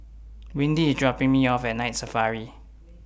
Windy IS dropping Me off At Night Safari